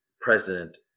president